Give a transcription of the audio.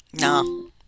No